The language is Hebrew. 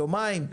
יומיים,